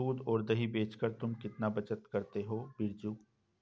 दूध और दही बेचकर तुम कितना बचत करते हो बिरजू?